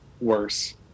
worse